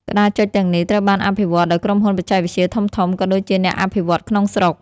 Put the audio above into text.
ក្តារចុចទាំងនេះត្រូវបានអភិវឌ្ឍដោយក្រុមហ៊ុនបច្ចេកវិទ្យាធំៗ ក៏ដូចជាអ្នកអភិវឌ្ឍន៍ក្នុងស្រុក។